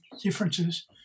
differences